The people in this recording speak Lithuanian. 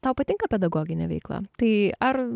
tau patinka pedagoginė veikla tai ar